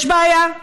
יש בעיה.